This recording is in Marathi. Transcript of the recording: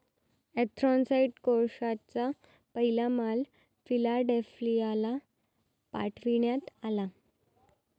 अँथ्रासाइट कोळशाचा पहिला माल फिलाडेल्फियाला पाठविण्यात आला